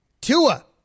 Tua